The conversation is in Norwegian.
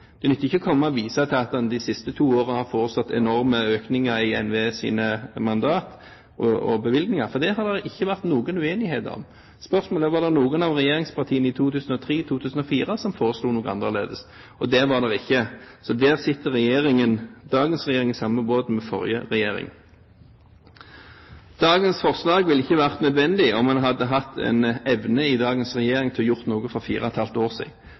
Det nytter ikke å komme og vise til at en de to siste årene har foreslått enorme økninger i NVEs mandat og bevilgninger – for det har det ikke vært noen uenighet om. Spørsmålet er om det var noen av regjeringspartiene som i 2003–2004 foreslo noe annet – og det var det ikke. Så der er dagens og forrige regjering i samme båt. Dagens forslag ville ikke vært nødvendig om en hadde hatt evne i dagens regjering til å gjøre noe for fire og et halvt år